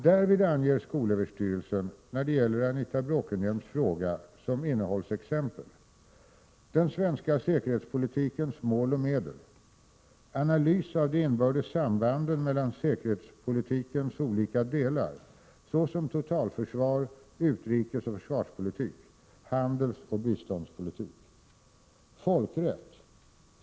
Därvid anger skolöverstyrelsen, när det gäller Anita Bråkenhielms fråga, som innehållsexempel ”Den svenska säkerhetspolitikens mål och medel: analys av de inbördes sambanden mellan säkerhetspolitikens olika delar såsom totalförsvar, utrikesoch försvarspolitik, handelsoch biståndspolitik. Folkrätt.